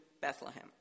Bethlehem